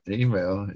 email